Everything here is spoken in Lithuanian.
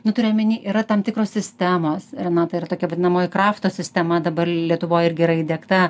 nu turiu omeny yra tam tikros sistemos renata yra tokia vadinamoji krafto sistema dabar lietuvoj irgi yra įdiegta